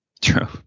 True